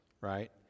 right